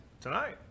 Tonight